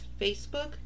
Facebook